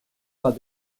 pas